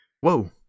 Whoa